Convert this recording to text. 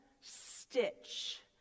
stitch